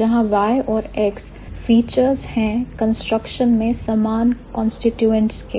जहां Y और X features है कंस्ट्रक्शन में समान कांस्टीट्यूएंट्स के